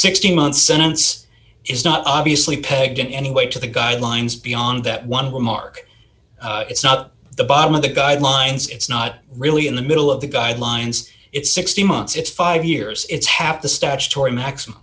sixteen month sentence is not obviously pegged in any way to the guidelines beyond that one will mark it's not the bottom of the guidelines it's not really in the middle of the guidelines it's sixty months it's five years it's half the statutory maximum